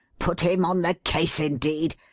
put him on the case, indeed!